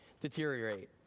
deteriorate